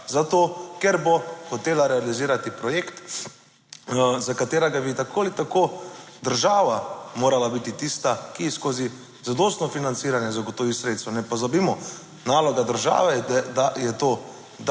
ker bo hotela realizirati projekt za katerega bi tako ali tako država morala biti tista, ki skozi zadostno financiranje zagotovi sredstva. Ne pozabimo, naloga države je, da je to,